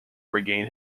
regain